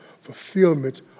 fulfillment